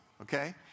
Okay